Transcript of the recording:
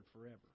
forever